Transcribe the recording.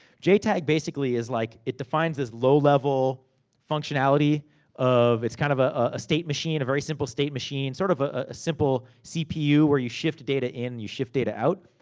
jtag, basically, is like it defines this low-level functionality of. it's kind of a ah state machine. a very simple state machine. sort of ah a simple cpu, where you shift data in, you shift data out.